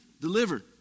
delivered